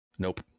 Nope